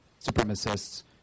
supremacists